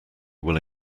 will